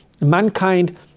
Mankind